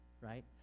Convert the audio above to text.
right